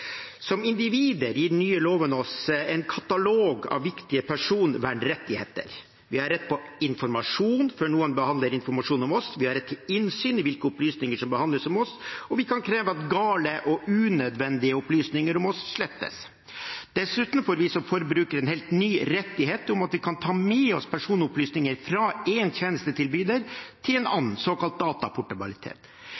Som individer gir den nye loven oss en katalog av viktige personvernrettigheter. Vi har rett til informasjon før noen behandler informasjon om oss, vi har rett til innsyn i hvilke opplysninger som behandles om oss, og vi kan kreve at gale og unødvendige opplysninger om oss slettes. Dessuten får vi som forbrukere en helt ny rettighet om at vi kan ta med oss personopplysninger fra én tjenestetilbyder til en